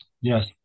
yes